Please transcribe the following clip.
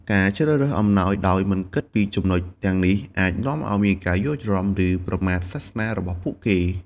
ការជ្រើសរើសអំណោយដោយមិនគិតពីចំណុចទាំងនេះ អាចនាំឲ្យមានការយល់ច្រឡំ ឬប្រមាថសាសនារបស់ពួកគេ។